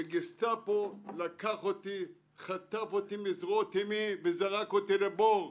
בגסטפו חטף אותי מזרועות אימי וזרק אותי לבור.